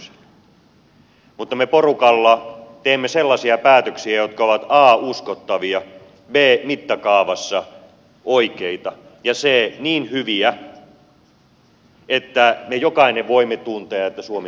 mutta me porukalla teemme sellaisia päätöksiä jotka ovat a uskottavia b mittakaavassa oikeita ja c niin hyviä että me jokainen voimme tuntea että suomi menee eteenpäin